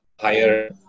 higher